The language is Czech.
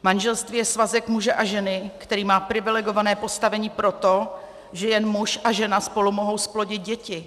Manželství je svazek muže a ženy, který má privilegované postavení proto, že jen muž a žena spolu mohou zplodit děti.